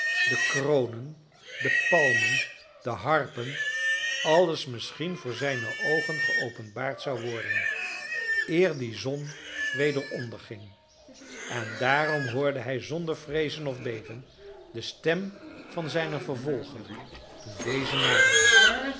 de kronen de palmen de harpen alles misschien voor zijne oogen geopenbaard zou worden eer die zon weder onderging en daarom hoorde hij zonder vreezen of beven de stem van zijnen vervolger toen deze naderde